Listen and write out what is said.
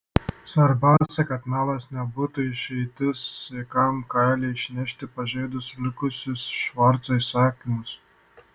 svarbiausia kad melas nebūtų išeitis sveikam kailiui išnešti pažeidus likusius švarco įsakymus